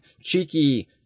cheeky